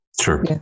Sure